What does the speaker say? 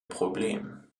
problem